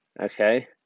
okay